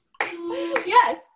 yes